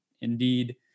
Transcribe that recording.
indeed